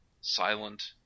Silent